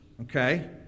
okay